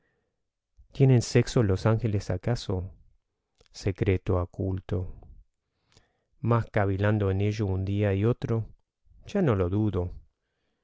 tienen sexo los ángeles acaso secreto oculto mas cavilando en ello un día y otro ya no lo dudo